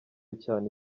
icyo